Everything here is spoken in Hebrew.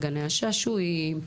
בגני השעשועים,